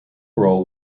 roll